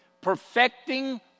perfecting